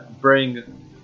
bring